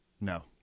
No